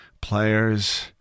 players